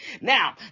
Now